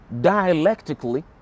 dialectically